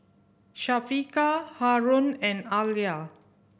Syafiqah Haron and Alya